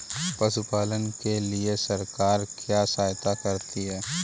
पशु पालन के लिए सरकार क्या सहायता करती है?